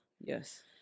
Yes